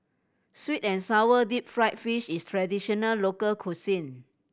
sweet and sour deep fried fish is traditional local cuisine